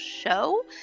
show